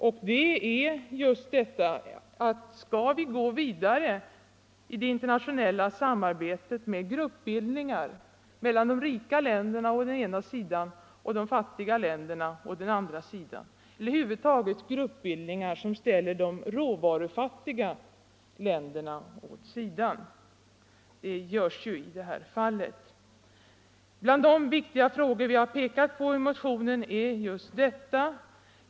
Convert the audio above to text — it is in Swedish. En sådan fråga är om vi bör gå vidare i det internationella samarbetet, med gruppbildningar mellan de rika länderna å den ena sidan och de fattiga länderna å den andra, eller över huvud taget gruppbildningar som ställer de råvarufattiga länderna åt sidan. Det görs ju i det här fallet. Bland de viktiga frågor vi har pekat på i motionen är just denna.